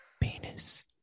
Penis